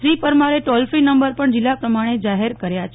શ્રી પરમારે toll free number પણ જિલ્લા પ્રમાણે જાહેર કર્યા છે